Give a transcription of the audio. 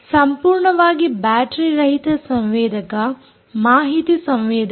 ಸಂಪೂರ್ಣವಾಗಿ ಬ್ಯಾಟರೀರಹಿತ ಸಂವೇದಕ ಮಾಹಿತಿ ಸಂವೇದಕ